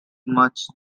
much